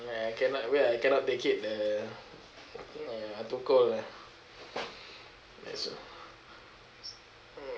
I cannot wear I cannot take it the uh too cold uh ya so mm